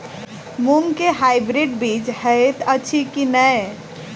मूँग केँ हाइब्रिड बीज हएत अछि की नै?